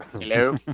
Hello